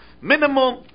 minimum